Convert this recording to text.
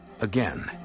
Again